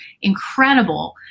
incredible